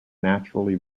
naturally